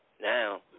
Now